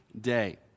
day